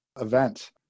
event